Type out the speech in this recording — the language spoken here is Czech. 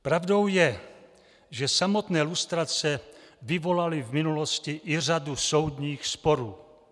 Pravdou je, že samotné lustrace vyvolaly v minulosti i řadu soudních sporů.